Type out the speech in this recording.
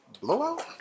blowout